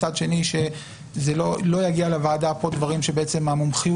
מצד שני שלא יגיעו לוועדה פה דברים שהמומחיות